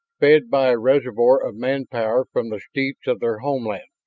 fed by a reservoir of manpower from the steppes of their homeland,